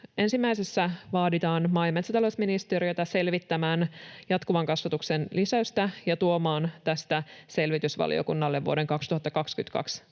Ensimmäisessä vaaditaan maa- ja metsätalousministeriötä selvittämään jatkuvan kasvatuksen lisäystä ja tuomaan tästä selvitys valiokunnalle vuoden 2022